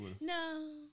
no